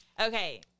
Okay